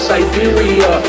Siberia